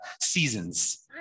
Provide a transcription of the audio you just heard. seasons